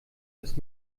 das